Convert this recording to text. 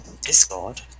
Discord